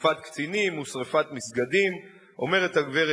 תקיפת קטינים ושרפת מסגדים אומרת הגברת